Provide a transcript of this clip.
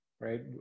right